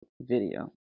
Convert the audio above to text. video